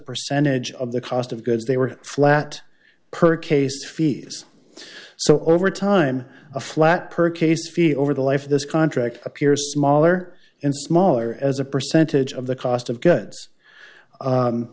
percentage of the cost of goods they were flat per case fees so over time a flat per case feel over the life of this contract appears smaller and smaller as a percentage of the cost of good